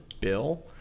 bill